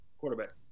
quarterback